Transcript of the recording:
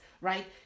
right